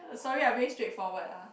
sorry I very straight forward ah